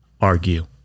argue